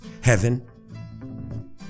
Heaven